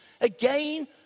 again